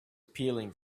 peeling